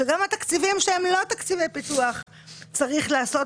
שגם התקציבים שהם לא תקציבי פיתוח צריך לעשות